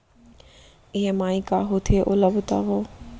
EMI का होथे, ओला बतावव